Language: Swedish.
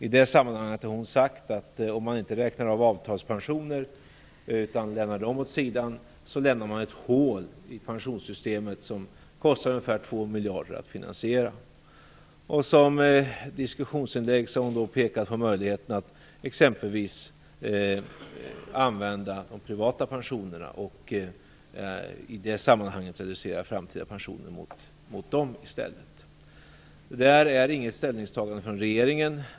I det sammanhanget har hon sagt att om man inte räknar av avtalspensioner utan lämnar dem åt sidan lämnar man ett hål i pensionssystemet som kostar ungefär 2 miljarder att finansiera. Som diskussionsinlägg har hon då pekat på möjligheten att exempelvis använda de privata pensionerna och i det sammanhanget reducera framtida pensioner mot dem i stället. Detta är inget ställningstagande från regeringen.